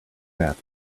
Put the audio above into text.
path